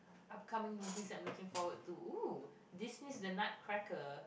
upcoming movie that I looking forward to Disney's the Nutcracker